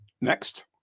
Next